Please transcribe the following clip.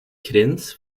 grens